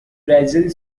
brazil